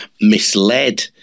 misled